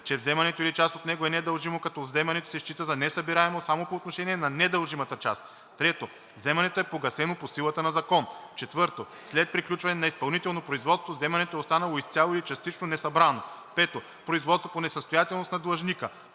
че вземането или част от него е недължимо, като вземането се счита за несъбираемо само по отношение на недължимата част; 3. вземането е погасено по силата на закон; 4. след приключване на изпълнително производство вземането е останало изцяло или частично несъбрано; 5. производство по несъстоятелност на длъжника